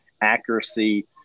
accuracy